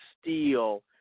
steel